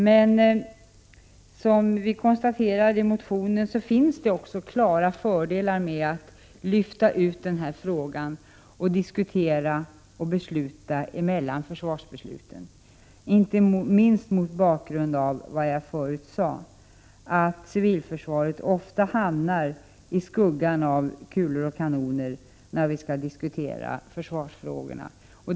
Men som vi konstaterar i motionen finns det också klara fördelar med att lyfta ut denna fråga, diskutera och besluta mellan försvarsbesluten, inte minst mot bakgrund av vad jag förutsade, att civilförsvaret ofta kommer i skuggan av kulor och kanoner när vi skall diskutera försvarsfrågorna.